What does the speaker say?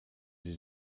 sie